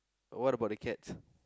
what about the cats